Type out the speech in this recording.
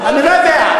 אני לא יודע.